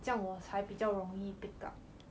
这样我才比较容易 pick up